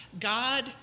God